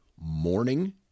morning